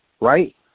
right